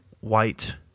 white